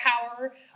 power